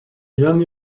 young